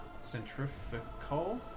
centrifugal